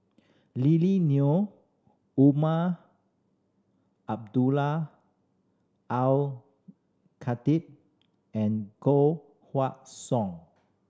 Lily Neo Umar Abdullah Al Khatib and Koh Song